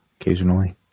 occasionally